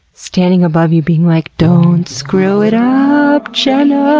standing above you being like, don't screw it up jennnaaa.